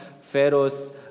Pharaoh's